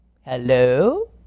Hello